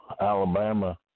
Alabama